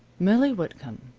millie whitcomb,